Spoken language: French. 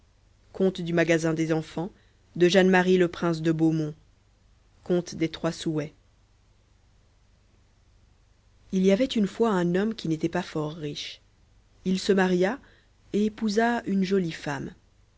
il y avait une fois un homme qui n'était pas fort riche il se maria et épousa une jolie femme